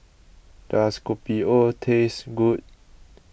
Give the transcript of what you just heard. does Kopi O taste good